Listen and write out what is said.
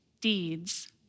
deeds